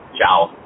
Ciao